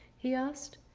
he asked.